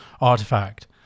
artifact